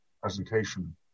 presentation